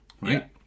right